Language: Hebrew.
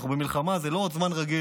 אנחנו במלחמה, זה לא עוד זמן רגיל.